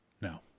No